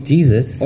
Jesus